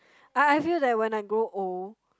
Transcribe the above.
I I feel that when I grow old